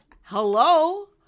Hello